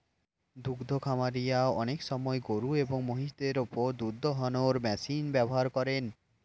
দুদ্ধ খামারিরা অনেক সময় গরুএবং মহিষদের ওপর দুধ দোহানোর মেশিন ব্যবহার করেন